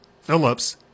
Phillips